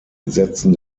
gesetzen